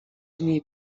niej